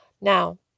Now